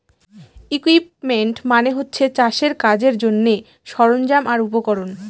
equipment মানে হচ্ছে চাষের কাজের জন্যে সরঞ্জাম আর উপকরণ